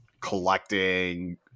collecting